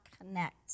connect